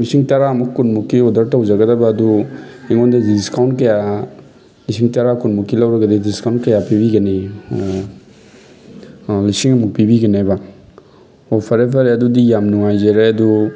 ꯂꯤꯁꯤꯡ ꯇꯔꯥꯃꯨꯛ ꯀꯨꯟꯃꯨꯛꯀꯤ ꯑꯣꯗꯔ ꯇꯧꯖꯒꯗꯕ ꯑꯗꯨ ꯑꯩꯉꯣꯟꯗ ꯗꯤꯁꯀꯥꯎꯟ ꯀꯌꯥ ꯂꯤꯁꯤꯡ ꯇꯔꯥ ꯀꯨꯟꯃꯨꯛꯀꯤ ꯂꯧꯔꯒꯗꯤ ꯗꯤꯁꯀꯥꯎꯟ ꯀꯌꯥ ꯄꯤꯕꯤꯒꯅꯤ ꯂꯤꯁꯤꯡꯃꯨꯛ ꯄꯤꯕꯤꯒꯅꯦꯕ ꯐꯔꯦ ꯐꯔꯦ ꯑꯗꯨꯗꯤ ꯌꯥꯝ ꯅꯨꯡꯉꯥꯏꯖꯔꯦ ꯑꯗꯨ